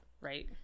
right